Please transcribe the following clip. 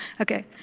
Okay